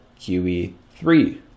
QE3